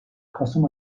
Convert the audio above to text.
kasım